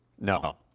No